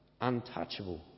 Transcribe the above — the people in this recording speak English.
untouchable